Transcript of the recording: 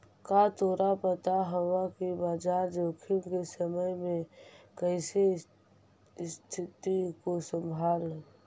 का तोरा पता हवअ कि बाजार जोखिम के समय में कइसे स्तिथि को संभालव